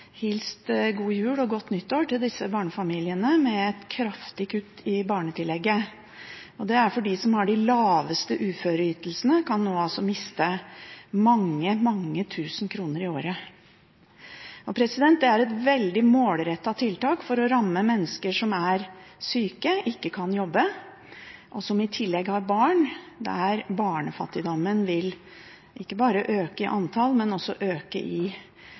hilst god jul og godt nytt år til disse barnefamiliene med et kraftig kutt i barnetillegget. De som har de laveste uføreytelsene, kan nå altså miste mange, mange tusen kroner i året. Det er et veldig målrettet tiltak for å ramme mennesker som er syke, ikke kan jobbe og i tillegg har barn – der barnefattigdommen ikke bare vil øke i omfang, men også øke i